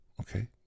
okay